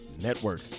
network